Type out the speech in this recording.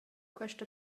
questa